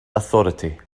authority